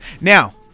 Now